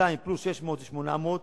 200 פלוס 600 זה 800,